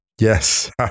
Yes